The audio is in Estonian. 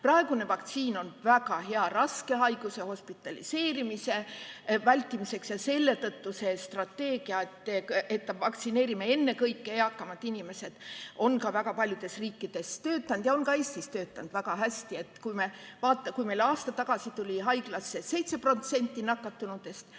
Praegune vaktsiin on väga hea haiguse raske kulu ja hospitaliseerimise vältimiseks. Selle tõttu see strateegia, et vaktsineerime ennekõike eakamad inimesed, on väga paljudes riikides töötanud ja on ka Eestis töötanud väga hästi. Kui me vaatame, siis meil aasta tagasi tuli haiglasse 7% nakatunutest,